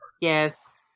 Yes